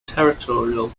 territorial